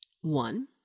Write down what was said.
One